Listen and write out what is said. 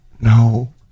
no